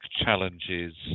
challenges